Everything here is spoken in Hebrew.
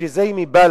בשביל זה היא מבל"ד,